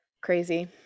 Crazy